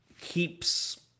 keeps